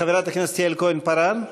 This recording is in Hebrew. חברת הכנסת יעל כהן-פארן,